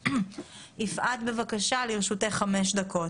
יפעת, בבקשה, לרשותך חמש דקות.